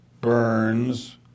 Burns